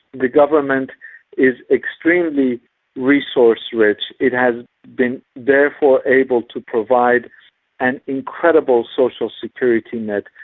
the government is extremely resource-rich it has been therefore able to provide an incredible social security net,